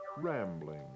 Rambling